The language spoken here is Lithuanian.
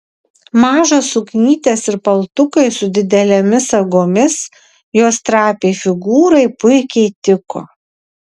mažos suknytės ir paltukai su didelėmis sagomis jos trapiai figūrai puikiai tiko